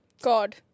God